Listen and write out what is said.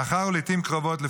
מאחר שלעתים קרובות,